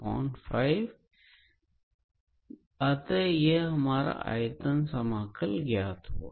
अतः अतः यह हमारा आयतन समाकल ज्ञात हुआ